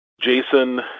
Jason